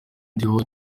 ndiho